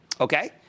Okay